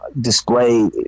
display